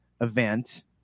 event